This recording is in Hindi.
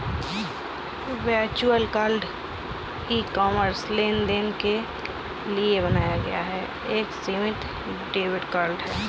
वर्चुअल कार्ड ई कॉमर्स लेनदेन के लिए बनाया गया एक सीमित डेबिट कार्ड है